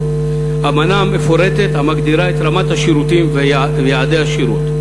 אמנה מפורטת המגדירה את רמת השירותים ויעדי השירות.